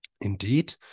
Indeed